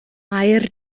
aur